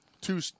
Two